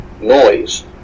noise